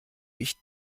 ich